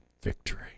victory